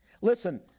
Listen